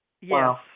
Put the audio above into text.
Yes